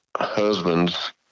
husband's